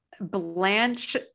Blanche